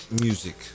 music